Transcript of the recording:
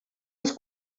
els